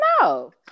No